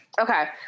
okay